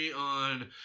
on